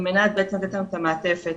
על מנת לתת את המעטפת.